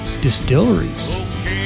distilleries